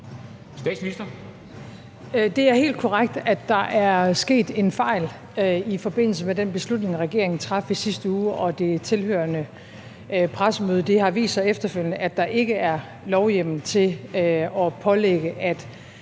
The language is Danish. Frederiksen): Det er helt korrekt, at der er sket en fejl i forbindelse med den beslutning, regeringen traf i sidste uge, og det tilhørende pressemøde. Det har vist sig efterfølgende, at der ikke er lovhjemmel til at pålægge, at